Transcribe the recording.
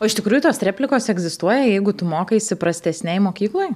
o iš tikrųjų tos replikos egzistuoja jeigu tu mokaisi prastesnėj mokykloj